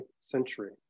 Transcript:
century